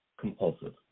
compulsive